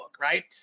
right